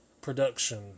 production